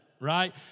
Right